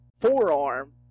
forearm